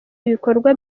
ibikorwa